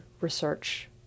research